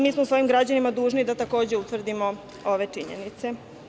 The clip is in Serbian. Mi smo svojim građanima dužni da takođe utvrdimo ove činjenice.